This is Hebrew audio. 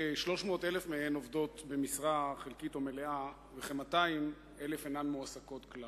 כ-300,000 מהן עובדות במשרה חלקית או מלאה וכ-200,000 אינן מועסקות כלל.